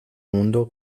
mundo